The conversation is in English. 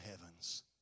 heavens